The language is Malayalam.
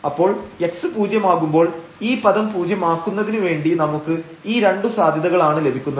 അപ്പോൾ x പൂജ്യമാകുമ്പോൾ ഈ പദം പൂജ്യമാക്കുന്നതിനു വേണ്ടി നമുക്ക് ഈ രണ്ടു സാധ്യതകളാണ് ലഭിക്കുന്നത്